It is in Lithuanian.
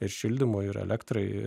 ir šildymui ir elektrai